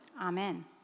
Amen